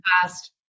past